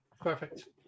perfect